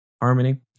harmony